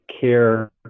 care